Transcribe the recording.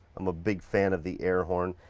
i'm a big fan of the air horn.